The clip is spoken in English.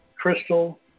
Crystal